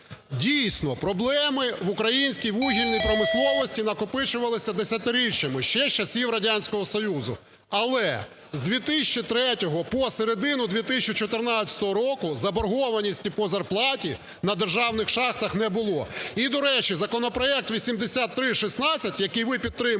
Дійсно, проблеми в українській вугільній промисловості накопичувалися десятиріччями, ще з часів Радянського Союзу. Але з 2003 по середину 2014 року заборгованості по зарплаті на державних шахтах не було. І, до речі, законопроект 8316, який ви підтримуєте,